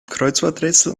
kreuzworträtsel